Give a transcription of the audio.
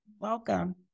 Welcome